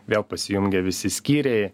vėl pasijungia visi skyriai